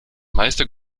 meiste